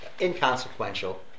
inconsequential